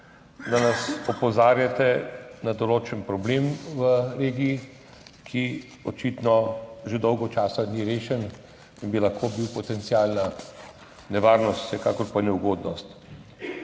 da nas opozarjate na določen problem v regiji, ki očitno že dolgo časa ni rešen in bi lahko bil potencialna nevarnost, vsekakor pa neugodnost.